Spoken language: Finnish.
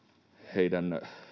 heidän